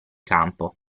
campo